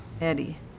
Eddie